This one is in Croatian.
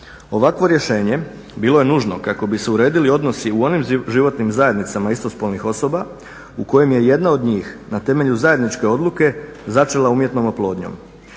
Ovakvo rješenje bilo je nužno kako bi se uredili odnosi u onim životnim zajednicama istospolnih osoba u kojima je jedna od njih na temelju zajedničke odluke začela umjetnom oplodnjom.